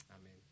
Amen